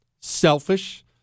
selfish